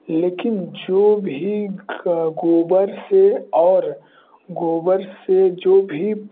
लेकिन जो भी गोबर से और गोबर से जो भी